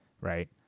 right